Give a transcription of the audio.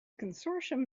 consortium